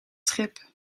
schip